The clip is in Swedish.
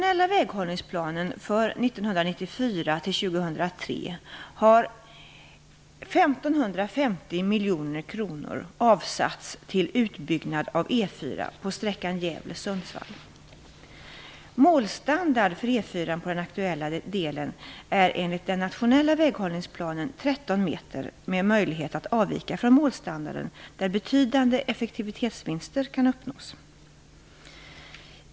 E 4:an på den aktuella delen är enligt den nationella väghållningsplanen 13 m med möjlighet att avvika från målstandarden där betydande effektivitetsvinster kan uppnås.